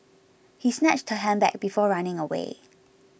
he snatched her handbag before running away